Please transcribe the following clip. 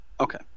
okay